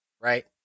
right